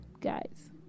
guys